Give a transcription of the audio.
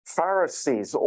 Pharisees